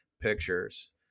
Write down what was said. pictures